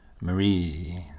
Marie